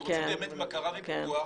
אם רוצים באמת בקרה ופיקוח,